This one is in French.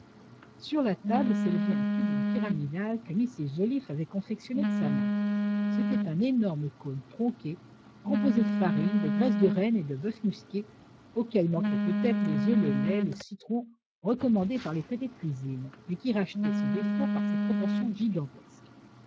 sur la table s'élevait un pudding pyramidal que mrs joliffe avait confectionné de sa main c'était un énorme cône tronqué composé de farine de graisse de rennes et de boeuf musqué auquel manquaient peut-être les oeufs le lait le citron recommandés par les traités de cuisine mais qui rachetait ce défaut par ses proportions gigantesques